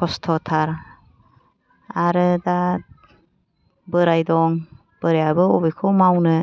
खस्थ'थार आरो दा बोराय दं बेहाबो अबेखौ मावनो